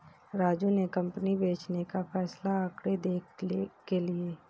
राजू ने कंपनी बेचने का फैसला आंकड़े देख के लिए